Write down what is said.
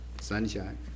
sunshine